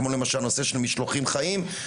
כמו למשל בנושא של משלוחים חיים.